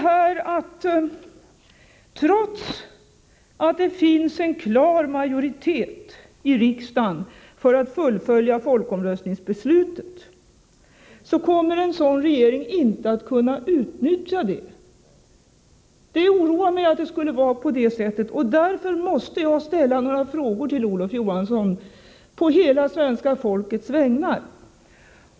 Det är också så, trots att det finns en klar majoritet i riksdagen för att fullfölja folkomröstningsbeslutet, att en sådan här regering inte kommer att kunna utnyttja det. Detta oroar mig, och därför måste jag ställa några frågor till Olof Johansson på hela svenska folkets vägnar.